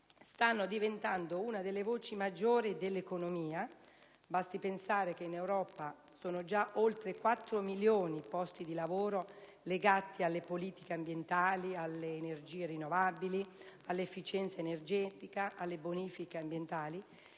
stanno diventando una delle voci maggiori dell'economia (basti pensare che in Europa sono già oltre 4 milioni i posti di lavoro legati alle politiche ambientali, alle energie rinnovabili, all'efficienza energetica e alle bonifiche ambientali,